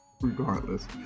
Regardless